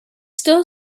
still